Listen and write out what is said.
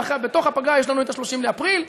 בתוך הפגרה יש לנו את 30 באפריל,